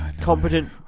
competent